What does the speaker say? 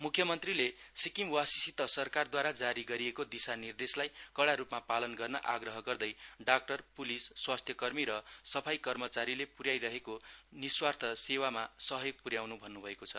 मुख्यमन्त्रीले सिक्किमवासीसित सरकारद्वारा जारी गरिएको दिशानिर्देशलाई कडारूपमा पालन गर्न आग्र गर्दै डाक्टर पुलिस स्वास्थ्य कर्मी र सफाइ कर्मचारीले पुन्याइ रहेको निस्वार्थ सेवामा सहयोग पुन्याउनु भन्नुभएको छ